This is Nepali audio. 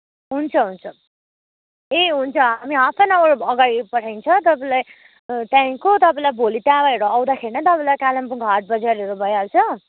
हुन्छ हुन्छ ए हुन्छ हामी हाफ एन आवर अगाडि पठाइदिन्छ तपाईँलाई अँ त्यहाँदेखिन्को तपाईँलाई भोलि त्यहाँबाट आउँदाखेरि नै तपाईंलाई कालिम्पोङको हाट बजारहरू भइहाल्छ